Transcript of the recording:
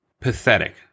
pathetic